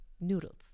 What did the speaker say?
noodles